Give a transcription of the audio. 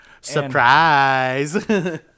Surprise